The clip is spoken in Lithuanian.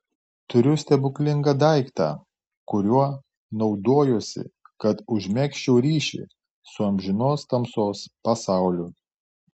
turiu stebuklingą daiktą kuriuo naudojuosi kad užmegzčiau ryšį su amžinos tamsos pasauliu